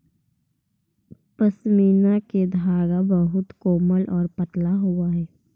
पशमीना के धागा बहुत कोमल आउ पतरा होवऽ हइ